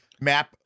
map